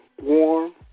warm